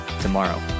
tomorrow